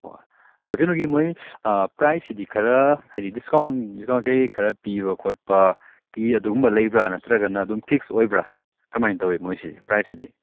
ꯑꯣ ꯑꯗꯨ ꯀꯩꯅꯣꯒꯤ ꯃꯣꯏ ꯄ꯭ꯔꯥꯏꯖꯁꯤꯗꯤ ꯈꯔ ꯍꯥꯏꯗꯤ ꯗꯤꯁꯀꯥꯎꯟ ꯗꯤꯁꯀꯥꯎꯟ ꯀꯩ ꯀꯩ ꯈꯔ ꯄꯤꯕ ꯈꯣꯠꯄꯀꯤ ꯑꯗꯨꯒꯨꯝꯕ ꯂꯩꯕ꯭ꯔꯥ ꯅꯠꯇ꯭ꯔꯒꯅ ꯑꯗꯨꯝ ꯐꯤꯛꯁ ꯑꯣꯏꯕ꯭ꯔꯥ ꯀꯃꯥꯏ ꯇꯧꯏ ꯃꯣꯏꯁꯦ ꯄ꯭ꯔꯥꯏꯖꯁꯤꯗꯤ